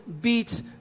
beat